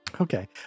Okay